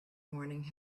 morning